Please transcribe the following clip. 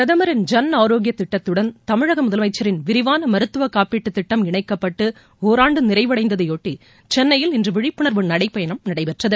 பிரதமரின் ஜன் ஆரோக்கிய திட்டத்துடன் தமிழக முதலமைச்சரின் விரிவான மருத்துவக் காப்பீட்டுத் திட்டம் இணைக்கப்பட்டு ஒராண்டு நிறைவடைந்ததையொட்டி சென்னையில் இன்று விழிப்புணர்வு நடைப்பயணம் நடைபெற்றது